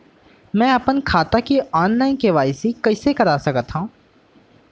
मैं अपन खाता के ऑनलाइन के.वाई.सी कइसे करा सकत हव?